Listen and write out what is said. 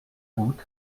août